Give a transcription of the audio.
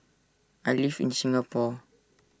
I live in Singapore